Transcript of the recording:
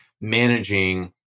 managing